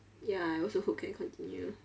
ya I also hope can continue